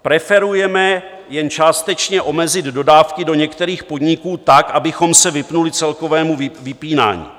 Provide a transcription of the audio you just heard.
Preferujeme jen částečně omezit dodávky do některých podniků tak, abychom se vyhnuli celkovému vypínání.